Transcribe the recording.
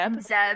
zeb